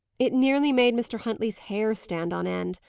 it nearly made mr. huntley's hair stand on end.